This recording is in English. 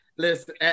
Listen